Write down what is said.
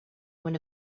when